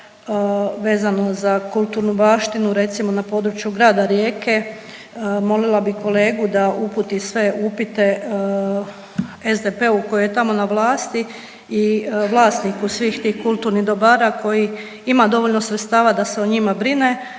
vezano za kulturnu baštinu, recimo, na području grada Rijeke, molila bi kolegu da uputi sve upite SDP-u koji je tamo na vlasti i vlasniku svih tih kulturnih dobara koji ima dovoljno sredstava da se o njima brine,